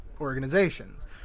organizations